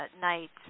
night